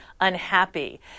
unhappy